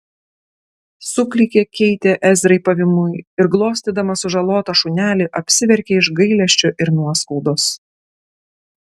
suklykė keitė ezrai pavymui ir glostydama sužalotą šunelį apsiverkė iš gailesčio ir nuoskaudos